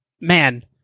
Man